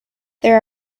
there